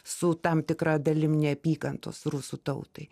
su tam tikra dalim neapykantos rusų tautai